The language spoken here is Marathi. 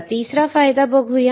चला तिसरा फायदा पाहू